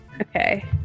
okay